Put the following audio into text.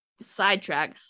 sidetrack